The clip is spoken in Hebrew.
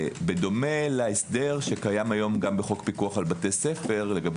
בדומה להסדר שקיים היום גם בחוק פיקוח על בתי ספר לגבי